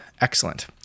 Excellent